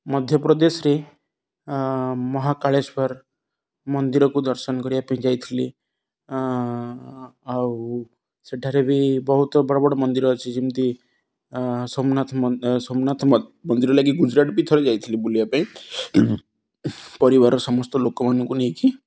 ମଧ୍ୟପ୍ରଦେଶରେ ମହାକାଳେଶ୍ୱର ମନ୍ଦିରକୁ ଦର୍ଶନ କରିବା ପାଇଁ ଯାଇଥିଲି ଆଉ ସେଠାରେ ବି ବହୁତ ବଡ଼ ବଡ଼ ମନ୍ଦିର ଅଛି ଯେମିତି ସୋମନାଥ ସୋମନାଥ ମନ୍ଦିର ଲାଗି ଗୁଜୁରାଟ ବି ଥରେ ଯାଇଥିଲି ବୁଲିବା ପାଇଁ ପରିବାର ସମସ୍ତ ଲୋକମାନଙ୍କୁ ନେଇକି